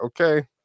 Okay